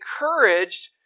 encouraged